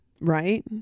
Right